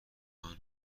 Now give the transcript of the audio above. آنها